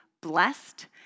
blessed